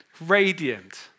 Radiant